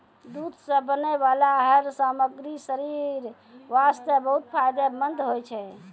दूध सॅ बनै वाला हर सामग्री शरीर वास्तॅ बहुत फायदेमंंद होय छै